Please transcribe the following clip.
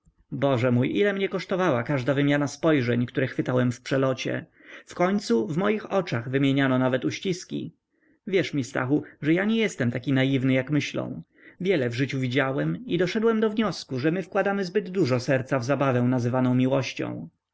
boże mój ile mnie kosztowała każda wymiana spojrzeń które chwytałem w przelocie w końcu w moich oczach wymieniano nawet uściski wierz mi stachu ja nie jestem tak naiwny jak myślą wiele w życiu widziałem i doszedłem do wniosku że my wkładamy zbyt dużo serca w zabawę nazywaną miłością